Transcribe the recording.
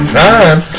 time